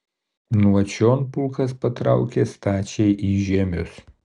nuo čion pulkas patraukė stačiai į žiemius